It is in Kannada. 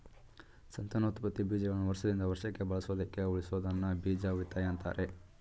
ಸಂತಾನೋತ್ಪತ್ತಿ ಬೀಜಗಳನ್ನು ವರ್ಷದಿಂದ ವರ್ಷಕ್ಕೆ ಬಳಸೋದಕ್ಕೆ ಉಳಿಸೋದನ್ನ ಬೀಜ ಉಳಿತಾಯ ಅಂತಾರೆ